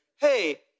Hey